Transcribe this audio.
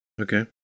Okay